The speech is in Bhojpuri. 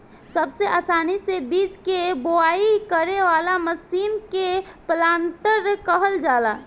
सबसे आसानी से बीज के बोआई करे वाला मशीन के प्लांटर कहल जाला